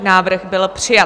Návrh byl přijat.